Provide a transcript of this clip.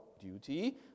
duty